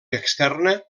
externa